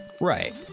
Right